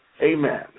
Amen